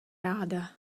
ráda